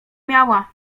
miała